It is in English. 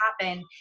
happen